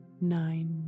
nine